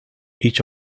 each